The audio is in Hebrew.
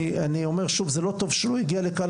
אני אומר שוב זה לא טוב שהוא לא הגיע לכאן,